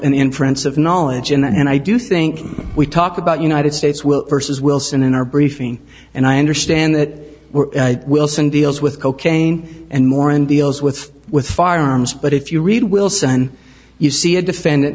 inference of knowledge and i do think we talk about united states will versus wilson in our briefing and i understand that wilson deals with cocaine and more and deals with with firearms but if you read wilson you see a defendant